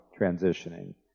transitioning